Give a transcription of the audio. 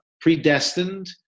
predestined